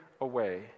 away